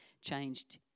changed